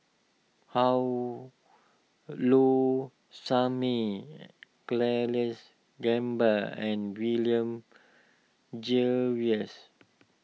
How Low Sanmay Charles Gamba and William Jervois